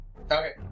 Okay